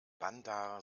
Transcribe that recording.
bandar